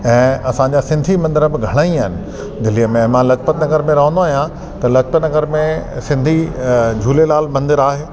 ऐं असांजा सिंधी मंदर बि घणा ई आहिनि दिल्लीअ में मां लजपत नगर में रहंदो आहियां त लजपत नगर में सिंधी अ झूलेलाल मंदर आहे